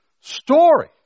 story